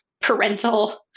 parental